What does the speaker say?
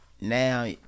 Now